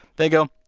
they go,